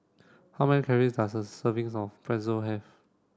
how many calories does a servings of Pretzel have